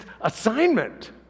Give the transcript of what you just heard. assignment